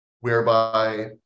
whereby